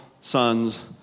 sons